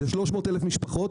זה 300,000 משפחות.